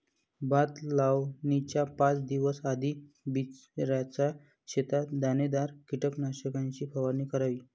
भात लावणीच्या पाच दिवस आधी बिचऱ्याच्या शेतात दाणेदार कीटकनाशकाची फवारणी करावी